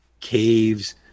caves